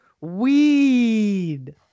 weed